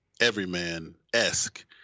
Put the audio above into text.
everyman-esque